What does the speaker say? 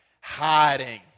hiding